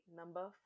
number